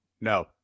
No